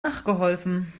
nachgeholfen